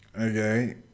Okay